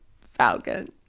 Falcon